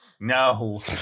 No